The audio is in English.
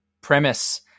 premise